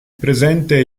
presente